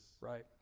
Right